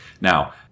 Now